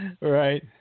Right